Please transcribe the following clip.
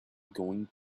going